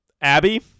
Abby